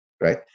right